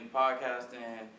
podcasting